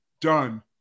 done